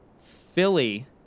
Philly